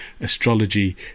astrology